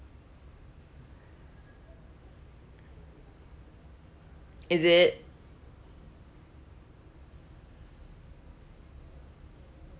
is it